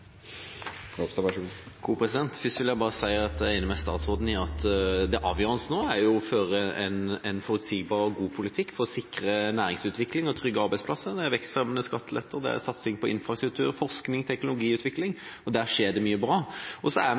Ropstad. Presidenten gjør oppmerksom på at replikklisten nå er fulltegnet. Først vil jeg si at jeg er enig med statsråden i at det avgjørende nå er å føre en forutsigbar og god politikk for å sikre næringsutvikling og trygge arbeidsplasser – det er vekstfremmende skattelette, og det er satsing på infrastruktur, forskning og teknologiutvikling. Der skjer det mye bra. Vi er i en krevende tid, samtidig som vi